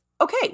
okay